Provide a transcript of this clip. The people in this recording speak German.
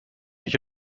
mich